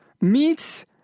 meets